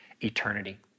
eternity